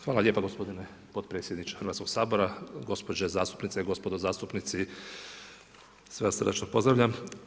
Hvala lijepa gospodine potpredsjedniče Hrvatskog sabora, gospođe zastupnice i gospodo zastupnici, sve vas srdačno pozdravljam.